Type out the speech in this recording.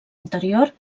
anterior